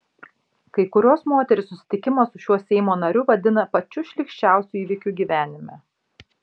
kai kurios moterys susitikimą su šiuo seimo nariu vadina pačiu šlykščiausiu įvykiu gyvenime